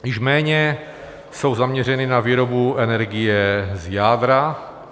Již méně jsou zaměřeny na výrobu energie z jádra.